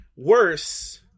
worse